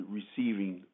receiving